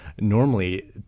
normally